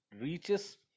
reaches